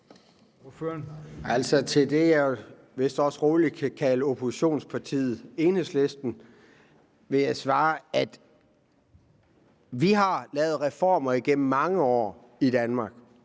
Til det parti, jeg vist også roligt kan kalde oppositionspartiet Enhedslisten, vil jeg svare, at vi har lavet reformer igennem mange år i Danmark